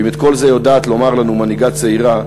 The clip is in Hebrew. ואם את כל זה יודעת לומר לנו מנהיגה צעירה,